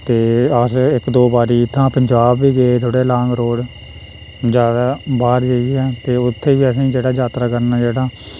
ते अस इक दो बारी इ'त्थां पंजाब बी गे थोह्ड़े लांग रूट ज्यादा बाह्र जाइयै ते उत्थें बी असें जेह्ड़ा यात्रा करना जेह्ड़ा